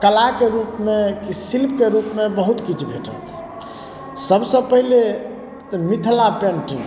कलाके रूपमे शिल्पके रूपमे बहुत किछु भेटत सबसँ पहिले तऽ मिथिला पेंटिंग